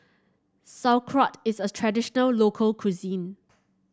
sauerkraut is a traditional local cuisine